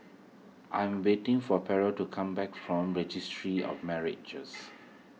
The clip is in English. I'm waiting for Pearle to come back from Registry of Marriages